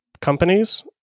companies